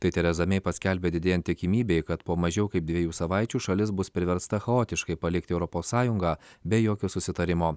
tai tereza mei paskelbė didėjant tikimybei kad po mažiau kaip dviejų savaičių šalis bus priversta chaotiškai palikti europos sąjungą be jokio susitarimo